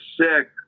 sick